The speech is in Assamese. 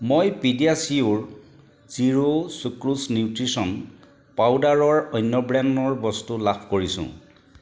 মই পিডিয়াছিয়োৰ জিৰো ছুক্ৰ'জ নিউট্ৰিশ্যন পাউডাৰৰ অন্য ব্ৰেণ্ডৰ বস্তু লাভ কৰিছোঁ